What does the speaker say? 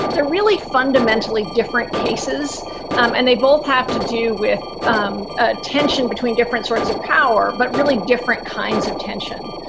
they're really fundamentally different cases um and they both have to do with um ah tension between different sorts of power, but really different kinds of tension.